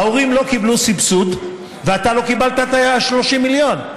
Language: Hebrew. ההורים לא קיבלו סבסוד ואתה לא קיבלת את ה-30 מיליון,